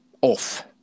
off